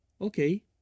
okay